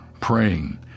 praying